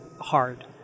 hard